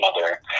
mother